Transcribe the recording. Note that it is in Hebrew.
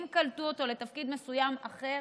אם קלטו אותו לתפקיד מסוים אחר